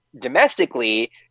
domestically